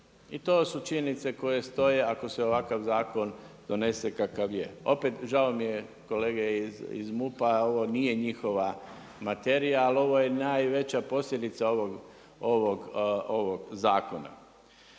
I to su činjenice koje stoje ako se ovakav zakon donese kakav je. Opet žao mi je kolege iz MUP-a, ovo nije njihova materija, ali ovo je najveća posljedica ovog zakona.